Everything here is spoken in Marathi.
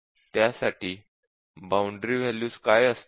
त्यासाठी बाउंडरी वॅल्यूज काय असतील